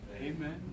Amen